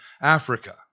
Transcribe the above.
Africa